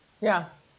ya